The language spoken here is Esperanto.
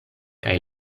kaj